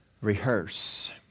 rehearse